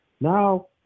now